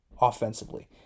offensively